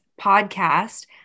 podcast